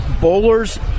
bowlers